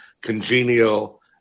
congenial